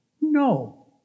No